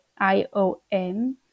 IOM